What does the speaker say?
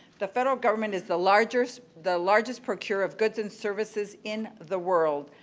the federal government is the largest the largest procure of goods and services in the world.